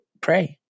pray